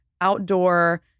outdoor